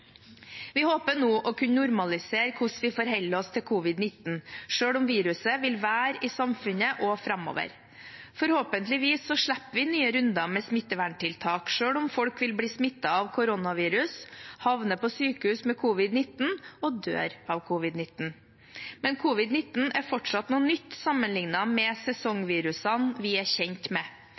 Vi håper nå å kunne normalisere hvordan vi forholder oss til covid-19, selv om viruset vil være i samfunnet også framover. Forhåpentligvis slipper vi nye runder med smitteverntiltak, selv om folk vil bli smittet av koronavirus, havner på sykehus med covid-19 og dør av covid-19. Men covid-19 er fortsatt noe nytt sammenliknet med sesongvirusene vi er kjent med.